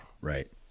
right